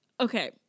okay